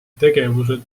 tegevused